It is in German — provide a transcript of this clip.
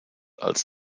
als